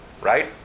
Right